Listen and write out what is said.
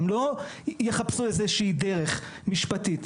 הם לא יחפשו איזושהי דרך משפטית,